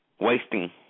wasting